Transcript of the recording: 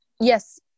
Yes